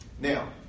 Now